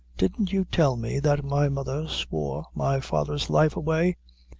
didn't you tell me that my mother swore my father's life away?